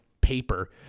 paper